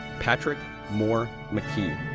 patrick moore mckee,